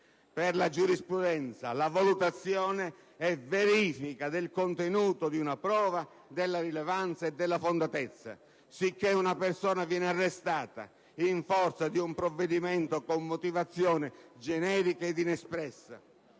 Per la giurisprudenza la valutazione è «verifica del contenuto di una prova, della rilevanza e della fondatezza». Sicché, una persona viene arrestata in forza di un provvedimento con motivazione generica ed inespressa.